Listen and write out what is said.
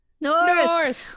north